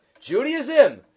Judaism